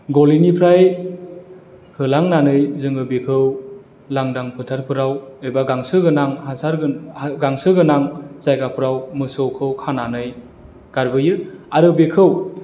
गलिनिफ्राय होलांनानै जोङो बेखौ लांदां फोथारफोराव एबा गांसो गोनां गांसो गोनां जायगाफोराव मोसौखौ खानानै गारबोयो आरो बेखौ